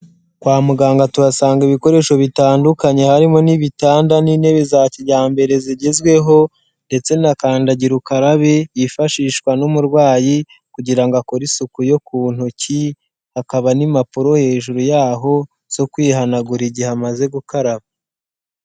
Kwa muganga tuhasanga ibikoresho bitandukanye harimo n'ibitanda n'intebe za kijyambere zigezweho ndetse na kandagira ukarabe, yifashishwa n'umurwayi kugira ngo akore isuku yo ku ntoki, hakaba n'impapuro hejuru yaho zo kwihanagura igihe amaze gukaraba.